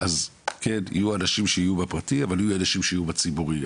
אז כן יהיו אנשים שיהיו בפרטי אבל יהיו אלה שיהיו בציבורי.